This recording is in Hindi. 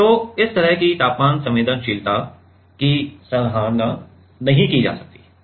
तो इस तरह की तापमान संवेदनशीलता की सराहना नहीं की जाती है